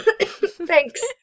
Thanks